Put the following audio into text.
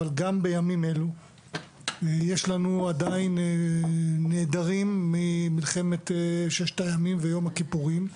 אבל גם בימים אלו יש לנו עדין נעדרים ממלחמת ששת הימים ויום הכיפורים,